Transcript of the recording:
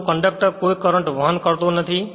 પરંતુ કંડક્ટર કોઈ કરંટ વાહન કરતો નથી